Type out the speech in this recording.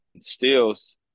steals